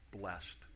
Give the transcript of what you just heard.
blessed